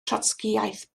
trotscïaeth